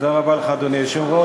אדוני היושב-ראש,